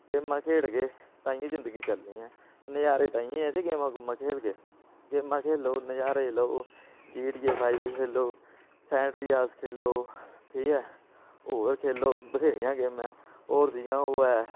गेमां खेढगे ताइयें जिंदगी चलनी ऐ नज़ारे ताइयें ऐ जे गेमां गूमां खेलगे गेमां खेलो नज़ारे लैओ जी टी ए फाइव खेलो सैंड रियाज खेलो ठीक ऐ होर खेलो बथ्हेरियां गेमां होर जि'यां ओह् ऐ